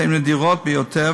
הן נדירות ביותר,